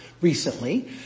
recently